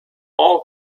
all